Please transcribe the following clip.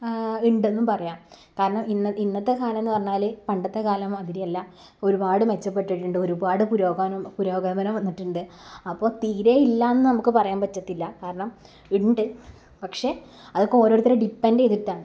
ഉണ്ടെന്നും പറയാം കാരണം ഇന്ന് ഇന്നത്തെ കാലമെന്നു പറഞ്ഞാൽ പണ്ടത്തെ കാലം മാതിരിയല്ല ഒരുപാട് മെച്ചപ്പെട്ടിട്ടുണ്ട് ഒരുപാട് പുരോഗമനം പുരോഗമനം വന്നിട്ടുണ്ട് അപ്പോൾ തീരെ ഇല്ലയെന്നു നമുക്കു പറയാൻ പറ്റത്തില്ല കാരണം ഉണ്ട് പക്ഷെ അതൊക്കെ ഓരോരുത്തരെ ഡിപ്പെൻഡ് ചെയ്തിട്ടാണ്